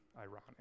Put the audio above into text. ironic